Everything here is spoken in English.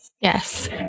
Yes